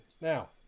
Now